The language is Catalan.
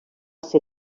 ser